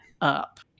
up